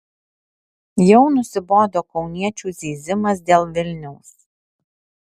jau nusibodo kauniečių zyzimas dėl vilniaus